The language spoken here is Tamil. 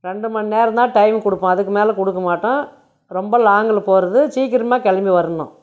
ரெண்டு மணி நேரம்தான் டைம் கொடுப்போம் அதுக்கு மேலே கொடுக்க மாட்டோம் ரொம்ப லாங்கில் போவது சீக்கிரமா கிளம்பி வரணும்